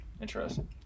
interesting